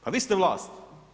Pa vi ste vlast.